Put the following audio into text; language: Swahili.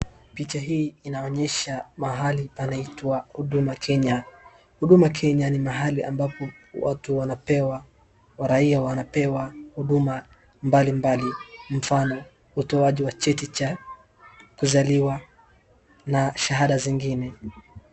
Picha hii inaonyesha mahali panaitwa Huduma Kenya. Huduma Kenya ni mahali ambapo watu wanapewa, raia wanapewa huduma mbalimbali, mfano, utoaji wa cheti cha kuzaliwa na shahada zingine.